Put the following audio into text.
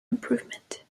improvement